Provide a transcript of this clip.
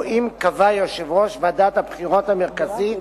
או אם קבע יושב-ראש ועדת הבחירות המרכזית,